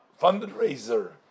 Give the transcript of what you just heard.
fundraiser